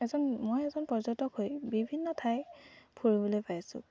এজন মই এজন পৰ্যটক হৈ বিভিন্ন ঠাই ফুৰিবলৈ পাইছোঁ